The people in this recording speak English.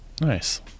Nice